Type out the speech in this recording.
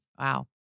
Wow